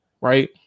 right